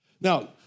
Now